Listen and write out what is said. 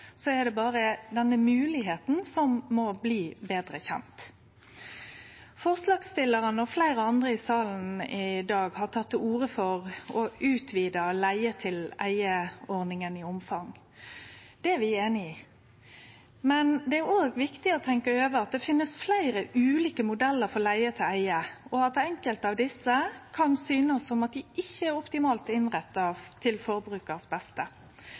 er det denne moglegheita som må bli betre kjend. Forslagsstillarane og fleire andre i salen i dag har teke til orde for å utvide leige-til-eige-ordninga i omfang. Det er vi einig i. Men det er også viktig å tenkje over at det finst fleire ulike modellar for leige-til-eige, og at det kan synast som at enkelte av desse ikkje er optimalt innretta til